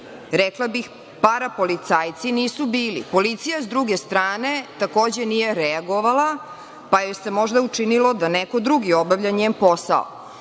rekla bih parapolicajci, nisu bili. Policija, sa druge strane, takođe nije reagovala, pa joj se možda učinilo da neko drugi obavlja njen posao.